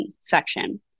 section